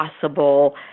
possible